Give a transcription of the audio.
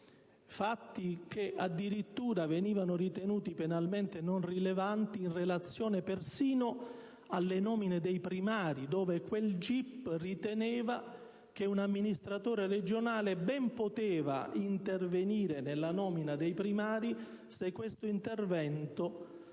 fatti che addirittura venivano ritenuti penalmente non rilevanti in relazione persino alle nomine dei primari, dove quel GIP riteneva che un amministratore regionale ben poteva intervenire nella nomina dei primari, se questo intervento